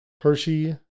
Hershey